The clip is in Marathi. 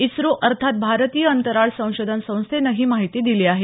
इस्रो अर्थात भारतीय अंतराळ संशोधन संस्थेनं ही माहिती दिली आहे